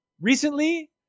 recently